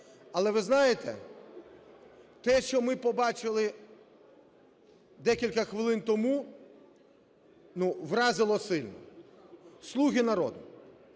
Але ви знаєте, те, що ми побачили декілька хвилин тому, ну вразило сильно. "Слуги народу",